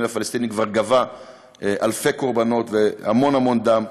לפלסטינים כבר גבה אלפי קורבנות והמון המון דם.